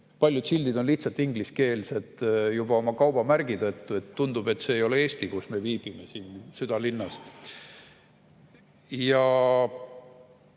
paljud sildid on lihtsalt ingliskeelsed juba oma kaubamärgi tõttu. Tundub, et see [koht], kus me viibime siin südalinnas, ei